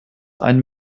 ein